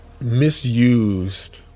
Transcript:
misused